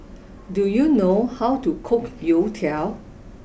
do you know how to cook Youtiao